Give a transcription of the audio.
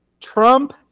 Trump